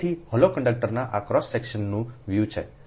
તેથી હોલો કંડક્ટરનું આ ક્રોસ સેક્શન વ્યૂ છે